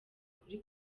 kuri